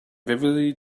vividly